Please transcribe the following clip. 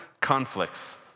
conflicts